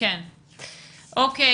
אם זה מגיע